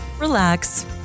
relax